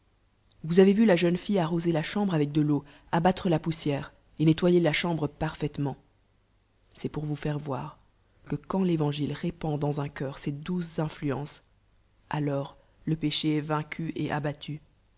gus avez val a jeune fillearmserlaellambre avec de l'eau abattre la poussière et nettoyer la chambre parfaitement c'est pour vous faire voir que qua l'évangile répand dans un cedur ses douces influences alors le péché ea vaincu et abattu